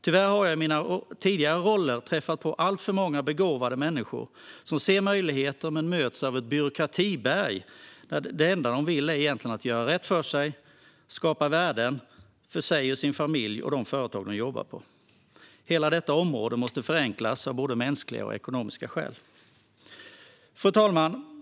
Tyvärr har jag i mina tidigare roller träffat på alltför många begåvade människor som ser möjligheter men som möts av ett byråkratiberg när det enda de egentligen vill är att göra rätt för sig och skapa värden för sig, sin familj och det företag de jobbar på. Hela detta område måste förenklas både av mänskliga och av ekonomiska skäl. Fru talman!